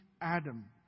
Adam